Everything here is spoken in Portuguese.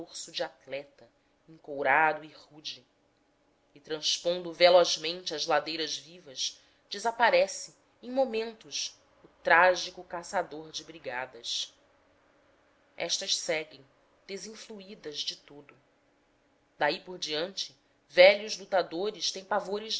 torso de atleta encourado e rude e transpondo velozmente as ladeiras vivas desaparece em momentos o trágico caçador de brigadas estas seguem desinfluídas de todo daí por diante velhos lutadores têm pavores